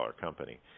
company